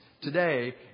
today